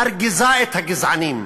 מרגיזה את הגזענים.